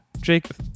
Jacob